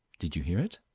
did you hear it?